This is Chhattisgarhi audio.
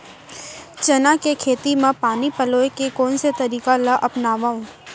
चना के खेती म पानी पलोय के कोन से तरीका ला अपनावव?